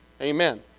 Amen